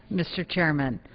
mr. chairman.